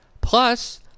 Plus